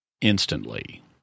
instantly